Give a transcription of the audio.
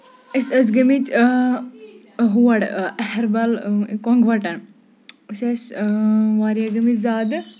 أسۍ ٲسۍ گٔمٕتۍ ہور ایہربَل کۄنگوَٹن أسۍ ٲسۍ واریاہ گٔمٕتۍ زیادٕ